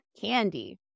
Candy